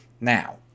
Now